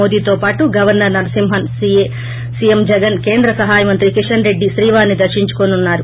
మోదీతోపాటు governor నరసింహస్సీఎం జగన్కేంద్ర సహాయమంత్రి కీషన్రెడ్డి శ్రీవారిని దర్పించుకోనున్నారు